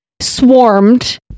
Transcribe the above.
Swarmed